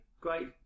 great